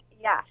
yes